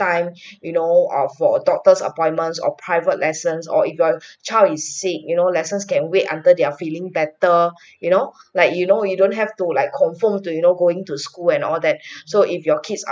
time you know uh for a doctors' appointments or private lessons or if you're child is sick you know lessons can wait until they're feeling better you know like you know you don't have to like confirm to you know going to school and all that so if your kids